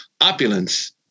opulence